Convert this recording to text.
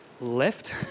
left